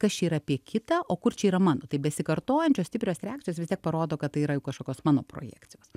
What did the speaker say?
kas čia yra apie kitą o kur čia yra mano tai besikartojančios stiprios reakcijos vis tiek parodo kad tai yra jau kažkokios mano projekcijos